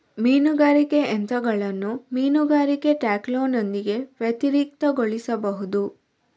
ಮೀನುಗಾರಿಕೆ ತಂತ್ರಗಳನ್ನು ಮೀನುಗಾರಿಕೆ ಟ್ಯಾಕ್ಲೋನೊಂದಿಗೆ ವ್ಯತಿರಿಕ್ತಗೊಳಿಸಬಹುದು